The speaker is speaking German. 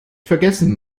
vergessen